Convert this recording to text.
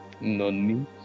None